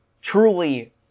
truly